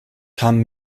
kam